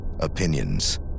Opinions